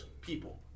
people